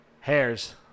hairs